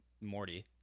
Morty